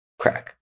crack